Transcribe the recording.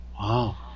Wow